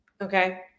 Okay